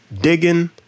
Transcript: digging